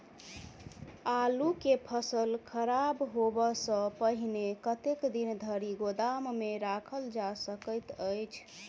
आलु केँ फसल खराब होब सऽ पहिने कतेक दिन धरि गोदाम मे राखल जा सकैत अछि?